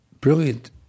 brilliant